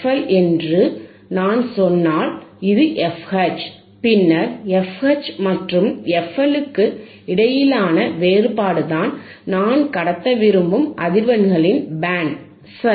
L என்று நான் சொன்னால் இது fH பின்னர் fH மற்றும் fL க்கு இடையிலான வேறுபாடு தான் நான் கடத்த விரும்பும் அதிர்வெண்களின் பேண்ட் சரி